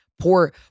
poor